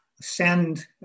send